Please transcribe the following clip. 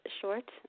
short